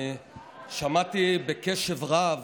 אני שמעתי בקשב רב